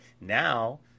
Now